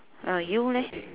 ah you leh